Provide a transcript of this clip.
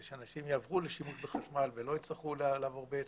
שאנשים יעברו לשימוש בחשמל ולא יצטרכו לחמם בעץ.